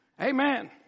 Amen